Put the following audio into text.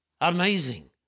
Amazing